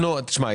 תשמע,